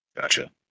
Gotcha